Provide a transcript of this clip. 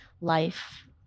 life